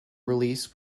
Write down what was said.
release